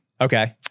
Okay